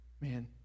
man